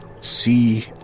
see